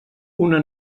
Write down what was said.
una